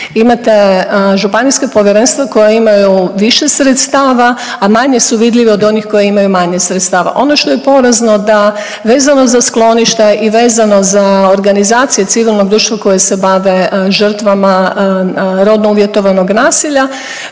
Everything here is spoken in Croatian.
Imate županijska povjerenstva koja imaju više sredstava, a manje su vidljive od onih koje imaju manje sredstava. Ono što je porazno da, vezano za skloništa i vezano za organizacije civilnog društva koja se bave žrtvama rodno uvjetovanog nasilja,